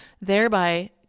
thereby